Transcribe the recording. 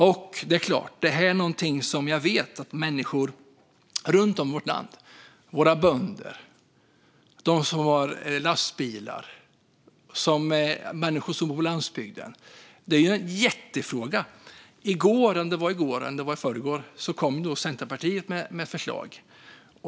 Jag vet att det är en jättefråga för människor runt om i vårt land - för våra bönder, för dem som kör lastbilar och för dem som bor på landsbygden. I går eller i förrgår kom Centerpartiet med ett förslag.